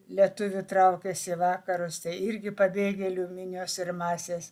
lietuvių traukėsi į vakarus tai irgi pabėgėlių minios ir masės